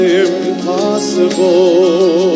impossible